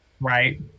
right